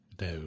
No